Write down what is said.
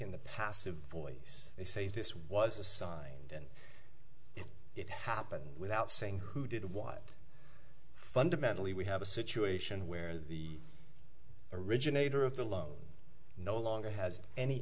in the passive voice they say this was assigned and it happened without saying who did what fundamentally we have a situation where the originator of the loan no longer has any